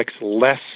less